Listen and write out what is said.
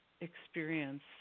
experience